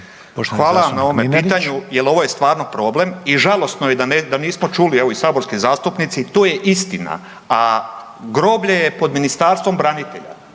Hvala lijepo na pitanju jer ovo je stvarno problem. I žalosno je da nismo čuli, evo i saborski zastupnici to je istina, a groblje je pod Ministarstvom branitelja.